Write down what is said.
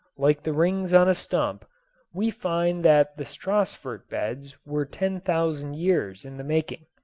like the rings on a stump we find that the stassfurt beds were ten thousand years in the making.